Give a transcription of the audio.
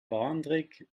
bauerntrick